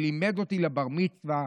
שלימד אותי לבר-מצווה,